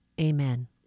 amen